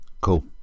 Cool